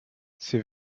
ces